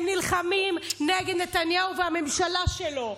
הם נלחמים נגד נתניהו והממשלה שלו,